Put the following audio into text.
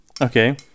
Okay